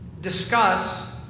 discuss